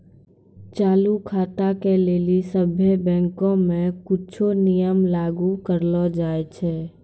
चालू खाता के लेली सभ्भे बैंको मे कुछो नियम लागू करलो जाय छै